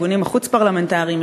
החוץ-פרלמנטריים,